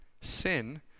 Sin